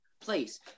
place